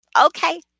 Okay